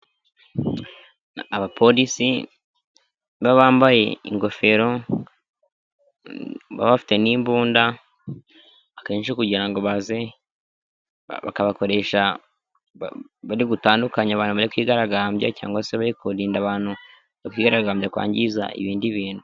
Abapolisi baba bambaye ingofero, baba bafite n'imbunda, akenshi kugira ngo baze, bakabakoresha bari gutandukanya abantu bari kwigaragambya cyangwa se bari kurinda abantu bari kwigaragambya, kwangiza ibindi bintu.